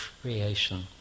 creation